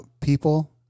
people